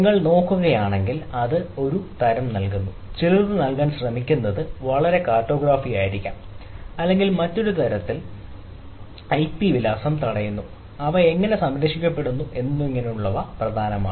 നിങ്ങൾ നോക്കുകയാണെങ്കിൽ അത് ഒരുതരം നൽകുന്നു ചിലത് നൽകാൻ ശ്രമിക്കുന്നത് വളരെ കാർട്ടോഗ്രാഫി ആയിരിക്കാം അല്ലെങ്കിൽ മറ്റൊരു അർത്ഥത്തിൽ ഐപി വിലാസം തടയുന്നു അവ എങ്ങനെ സംരക്ഷിക്കപ്പെടുന്നു എന്നിങ്ങനെയുള്ളവ പ്രധാനമാണ്